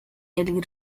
nellie